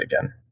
again